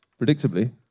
predictably